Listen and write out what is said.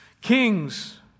Kings